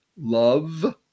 love